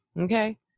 Okay